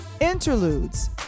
Interludes